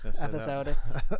episode